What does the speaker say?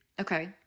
Okay